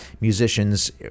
musicians